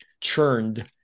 churned